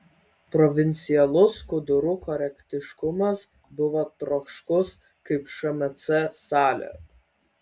provincialus skudurų korektiškumas buvo troškus kaip šmc salė